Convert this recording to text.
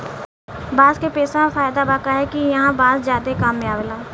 बांस के पेसा मे फायदा बा काहे कि ईहा बांस ज्यादे काम मे आवेला